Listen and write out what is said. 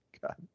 God